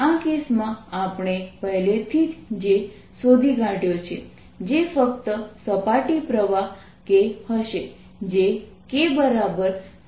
આ કેસમાં આપણે પહેલેથી જ J શોધી કાઢ્યો છે જે ફક્ત સપાટી પ્રવાહ K હશે